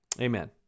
Amen